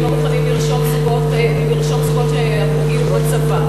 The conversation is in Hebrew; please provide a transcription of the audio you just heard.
לא מוכנים לרשום זוגות שעברו גיור בצבא.